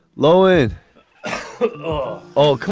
low end oh. oh,